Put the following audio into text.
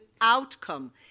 outcome